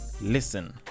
listen